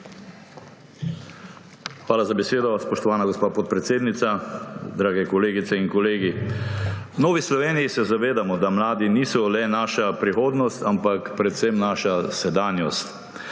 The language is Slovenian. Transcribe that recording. Hvala za besedo, spoštovana gospa podpredsednica. Drage kolegice in kolegi! V Novi Sloveniji se zavedamo, da mladi niso le naša prihodnost, ampak predvsem naša sedanjost.